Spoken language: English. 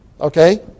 Okay